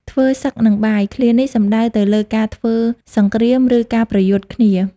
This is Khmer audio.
ធ្វើសឹកនឹងបាយ ឃ្លានេះសំដៅទៅលើការធ្វើសង្គ្រាម ឬការប្រយុទ្ធគ្នា។